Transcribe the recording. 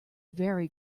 very